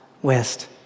West